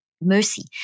Mercy